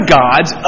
gods